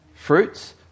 Fruits